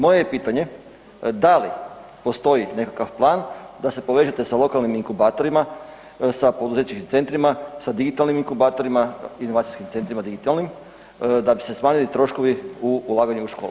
Moje je pitanje, da li postoji nekakav plan da se povežete sa lokalnim inkubatorima, sa poduzetničkim centrima, sa digitalnim inkubatorima, inovacijskim centrima digitalnim da bi se smanjili troškovi u ulaganje u školama?